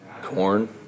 Corn